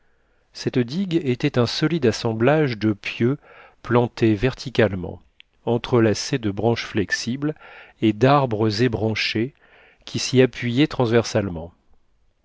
cette digue était un solide assemblage de pieux plantés verticalement entrelacés de branches flexibles et d'arbres ébranchés qui s'y appuyaient transversalement